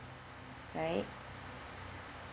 right